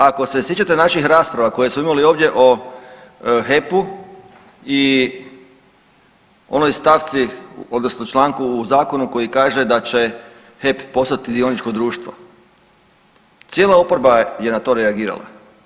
Ako se sjećate naših rasprava koje smo imali ovdje o HEP-u i onoj stavci odnosno članku u zakonu koji kaže da će HEP postati dioničko društvo, cijela oporba je na to reagirala.